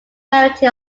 variety